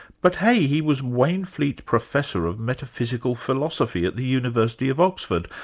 but hey, he was waynefleet professor of metaphysical philosophy at the university of oxford,